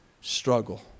struggle